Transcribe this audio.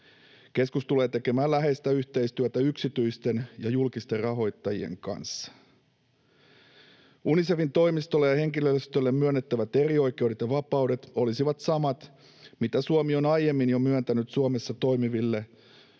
Keskus tulee tekemään läheistä yhteistyötä yksityisten ja julkisten rahoittajien kanssa. Unicefin toimistolle ja henkilöstölle myönnettävät erioikeudet ja -vapaudet olisivat samat, mitä Suomi on aiemmin jo myöntänyt Suomessa toimiville YK:n